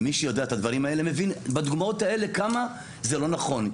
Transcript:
ומי שיודע את הדברים האלה מבין בדוגמאות האלה כמה זה לא נכון.